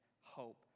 hope